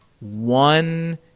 One